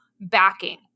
backing